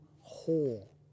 whole